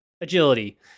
Agility